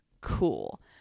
cool